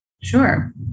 Sure